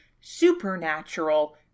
supernatural